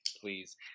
Please